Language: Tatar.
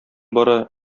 бара